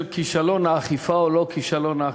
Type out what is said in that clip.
כישלון האכיפה או לא כישלון האכיפה,